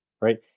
right